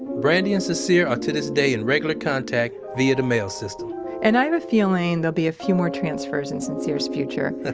brandy and sincere are, to this day, in regular contact via the mail system and i have a feeling there'll be a few more transfers in sincere's future,